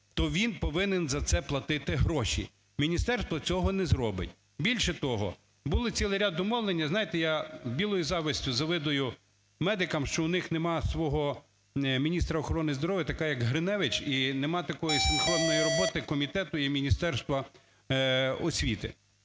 то він повинен за це платити гроші, міністерство цього не зробить. Більше того, був цілий ряд домовлень. Знаєте, я білою завістю завидую медикам, що у них немає свого міністра охорони здоров'я такої, як Гриневич, і немає такої синхронної роботи комітету і Міністерства освіти.